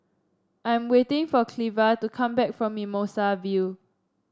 I am waiting for Cleva to come back from Mimosa View